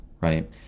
right